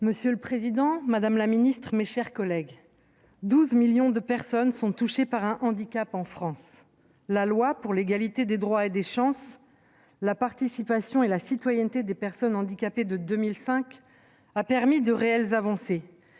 Monsieur le président, madame la secrétaire d'État, mes chers collègues, 12 millions de personnes sont touchées par un handicap en France. La loi de 2005 pour l'égalité des droits et des chances, la participation et la citoyenneté des personnes handicapées a permis de réelles avancées,